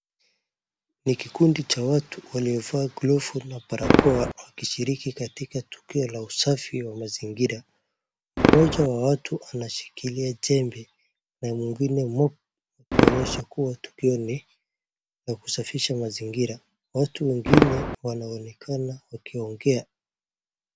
Ni kikundi cha watu waliovaa glovu na barakoa wakishiriki katika tukio la usafi wa mazingira. Mmoja wa watu anashikilia jembe na mwingine mmoja akionyesha kuwa tukio ni la kusafisha mazingira. Watu wengine wanaonekana wakiongea.